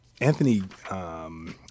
Anthony